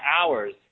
hours